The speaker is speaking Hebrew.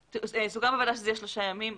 סוכם בוועדה שזה יהיה שלושה ימים.